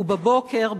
ובבוקר,